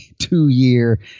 two-year